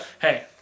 hey